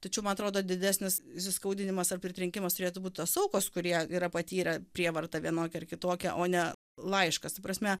tačiau man atrodo didesnis įsiskaudinimas ar pritrenkimas turėtų būt tos aukos kurie yra patyrę prievartą vienokią ar kitokią o ne laiškas ta prasme